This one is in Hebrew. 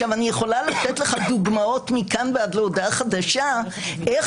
אני יכולה לתת לך דוגמאות מכאן ועד להודעה חדשה איך